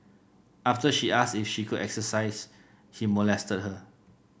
after she asked if she could exercise he molested her